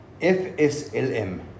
FSLM